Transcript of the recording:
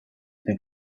think